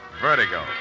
Vertigo